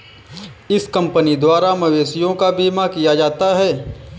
इस कंपनी द्वारा मवेशियों का बीमा किया जाता है